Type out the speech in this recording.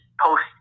post